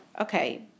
Okay